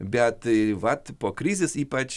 bet vat po krizės ypač